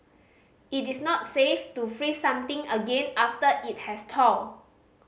it is not safe to freeze something again after it has thawed